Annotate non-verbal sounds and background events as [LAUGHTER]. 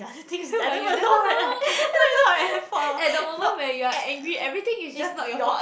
but you never know [LAUGHS] at the moment when you're angry everything is just not your fault